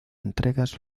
entregas